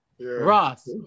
Ross